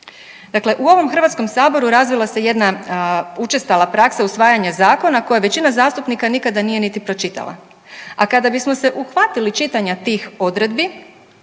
Dakle u ovom HS-u razvila se jedna učestala praksa usvajanja zakona koje većina zastupnika nikada nije niti pročitala, a kada bismo se uhvatili čitanja tih odredbi,